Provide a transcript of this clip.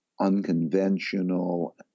unconventional